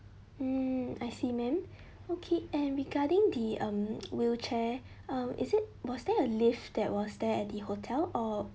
mm I see madam okay and regarding the um wheelchair uh is it was there a lift that was there at the hotel or